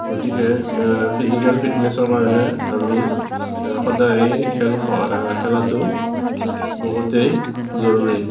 গতিকে ফিজিকেল ফিটনেছৰ কাৰণে আমি সদায় খেল খেলাতো বহুতেই জৰুৰী